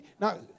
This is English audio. Now